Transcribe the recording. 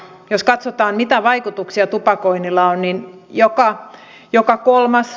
jos katsotaan mitä vaikutuksia tupakoinnilla on niin joka kolmas